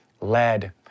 lead